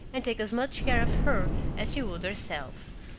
and take as much care of her as she would herself.